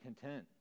content